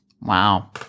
Wow